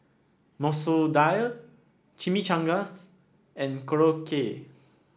Masoor Dal Chimichangas and Korokke